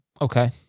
Okay